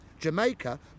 Jamaica